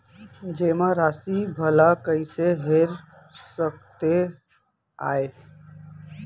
जेमा राशि भला कइसे हेर सकते आय?